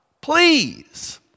Please